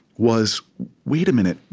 was wait a minute,